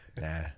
Nah